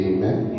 Amen